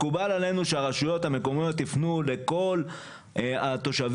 מקובל עלינו שהרשויות המקומיות יפנו לכל התושבים,